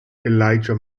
elijah